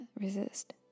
resist